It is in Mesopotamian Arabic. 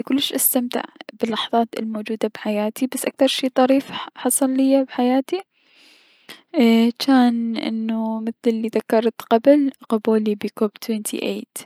اني كلش استمتع بكل لحضات حياتي بس اكثر شي ظريف حصل ليا بحياتي ايي- جان لنو ايي- مثل الي ذكرت قبل اي- قبولي بكوب ثمانية و عشرين.